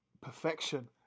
perfection